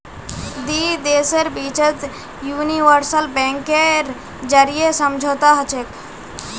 दी देशेर बिचत यूनिवर्सल बैंकेर जरीए समझौता हछेक